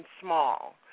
Small